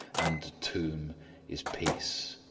and the tomb is peace.